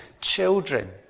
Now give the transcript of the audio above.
children